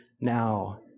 now